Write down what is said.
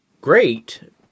great